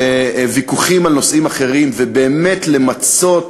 וויכוחים על נושאים אחרים, ובאמת למצות,